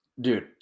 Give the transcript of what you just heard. Dude